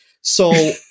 So-